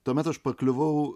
tuomet aš pakliuvau